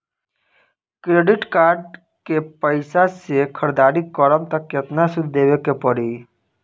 Credit card के पैसा से ख़रीदारी करम त केतना सूद देवे के पड़ी?